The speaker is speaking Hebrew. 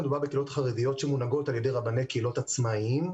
מדובר בקהילות חרדיות שמונהגות על ידי רבני קהילות עצמאיים,